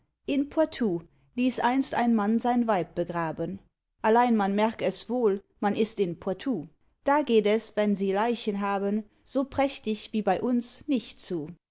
in poitou ließ einst ein mann sein weib begraben allein man merk es wohl man ist in poitou da geht es wenn sie leichen haben so prächtig wie bei uns nicht zu